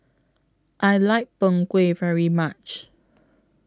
I like Png Kueh very much